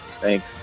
Thanks